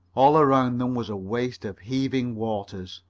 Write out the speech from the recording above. all around them was a waste of heaving waters.